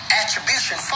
attribution